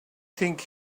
think